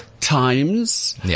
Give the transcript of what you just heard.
times